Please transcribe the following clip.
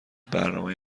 برنامه